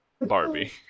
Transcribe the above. Barbie